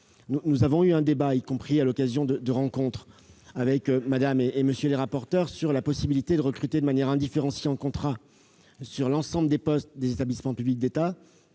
Nous avons eu un débat, y compris à l'occasion de rencontres avec les rapporteurs, sur la possibilité de recruter en contrat, de manière indifférenciée, pour l'ensemble des postes des établissements publics de l'État.